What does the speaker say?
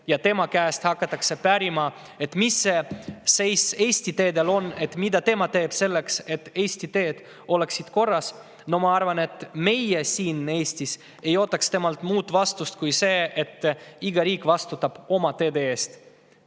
ja tema käest hakatakse pärima, mis seis Eesti teedel on, mida tema teeb selleks, et Eesti teed oleksid korras. No ma arvan, et meie siin Eestis ei ootaks temalt muud vastust kui see, et iga riik vastutab oma teede eest